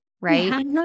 right